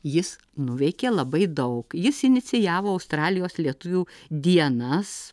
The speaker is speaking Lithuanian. jis nuveikė labai daug jis inicijavo australijos lietuvių dienas